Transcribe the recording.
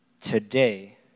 today